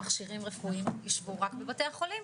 האמת היא שאין שום סיבה שמכשירים רפואיים ישבו רק בבתי החולים,